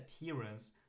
adherence